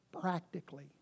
Practically